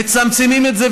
מצמצמים את זה,